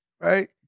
right